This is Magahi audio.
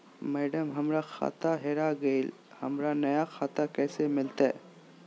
मैडम, हमर खाता हेरा गेलई, हमरा नया खाता कैसे मिलते